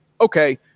Okay